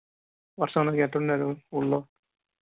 వస్తాను ఎట్ల ఉన్నారు ఊళ్ళో